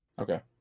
Okay